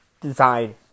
design